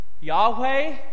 Yahweh